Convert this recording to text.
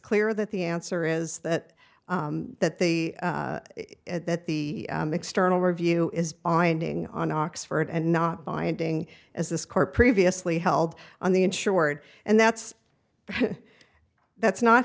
clear that the answer is that that the that the external review is on ending on oxford and not binding as this car previously held on the insured and that's that's not